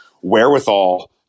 wherewithal